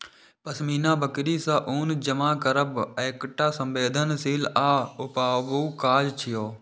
पश्मीना बकरी सं ऊन जमा करब एकटा संवेदनशील आ ऊबाऊ काज छियै